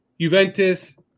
Juventus